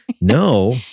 no